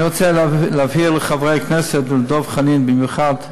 אני רוצה להבהיר לחברי הכנסת ולדב חנין במיוחד,